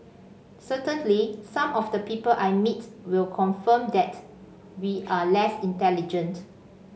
certainly some of the people I meet will confirm that we are less intelligent